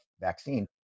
vaccine